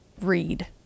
read